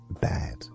bad